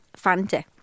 Fanta